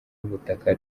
ubutaka